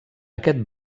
aquest